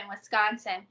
Wisconsin